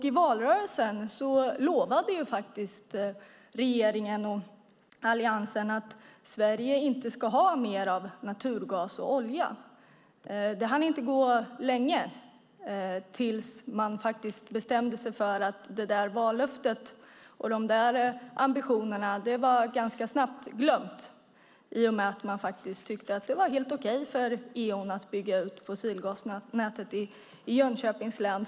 I valrörelsen lovade regeringen och Alliansen att Sverige inte ska ha mer av naturgas och olja. Det hann inte gå lång tid innan det vallöftet och de ambitionerna glömdes, i och med att man tyckte att det var helt okej för Eon att bygga ut fossilgasnätet i Jönköpings län.